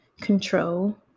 control